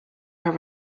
her